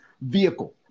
vehicle